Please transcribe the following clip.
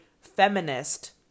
feminist